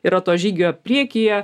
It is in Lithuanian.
yra to žygio priekyje